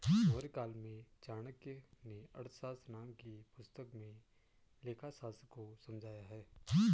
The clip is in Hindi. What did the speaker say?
मौर्यकाल में चाणक्य नें अर्थशास्त्र नाम की पुस्तक में लेखाशास्त्र को समझाया है